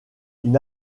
une